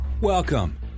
Welcome